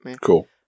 cool